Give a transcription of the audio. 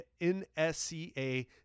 NSCA